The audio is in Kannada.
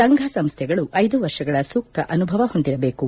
ಸಂಘ ಸಂಸ್ವೆಗಳು ಐದು ವರ್ಷಗಳ ಸೂಕ್ತ ಅನುಭವ ಹೊಂದಿರಬೇಕು